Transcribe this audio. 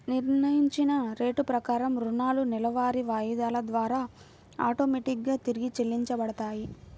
నిర్ణయించిన రేటు ప్రకారం రుణాలు నెలవారీ వాయిదాల ద్వారా ఆటోమేటిక్ గా తిరిగి చెల్లించబడతాయి